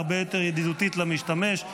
הרבה יותר ידידותית למשתמש.